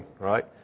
right